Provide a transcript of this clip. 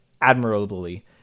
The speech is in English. admirably